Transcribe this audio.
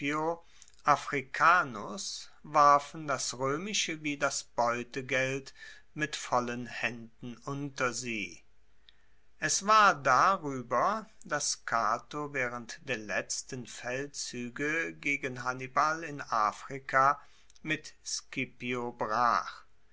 africanus warfen das roemische wie das beutegeld mit vollen haenden unter sie aus es war darueber dass cato waehrend der letzten feldzuege gegen hannibal in afrika mit scipio brach